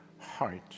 heart